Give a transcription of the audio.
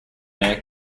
mayor